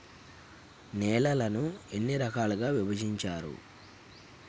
నేలలను ఎన్ని రకాలుగా విభజించారు?